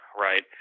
right